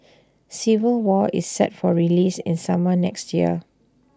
civil war is set for release in summer next year